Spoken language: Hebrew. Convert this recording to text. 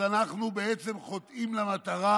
אז אנחנו בעצם חוטאים למטרה,